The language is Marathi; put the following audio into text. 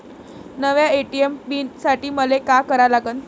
नव्या ए.टी.एम पीन साठी मले का करा लागन?